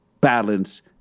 balance